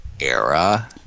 era